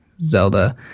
Zelda